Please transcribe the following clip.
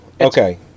Okay